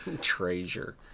Treasure